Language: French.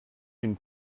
d’une